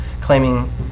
claiming